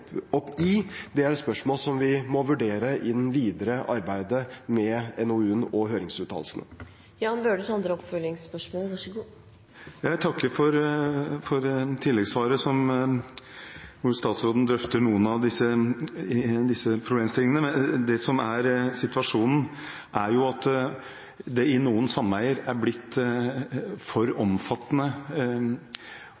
i, er et spørsmål vi må vurdere i det videre arbeidet med NOU-en og med høringsuttalelsene. Jeg takker for svaret, der statsråden drøfter noen av disse problemstillingene. Det som er situasjonen, er at det i noen sameier er blitt en for omfattende